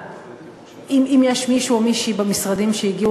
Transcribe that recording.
אם יש מישהו או מישהי במשרדים שהגיעו